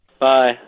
Bye